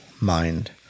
mind